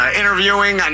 interviewing